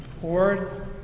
board